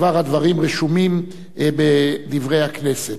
כבר הדברים רשומים ב"דברי הכנסת".